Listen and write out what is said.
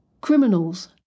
criminals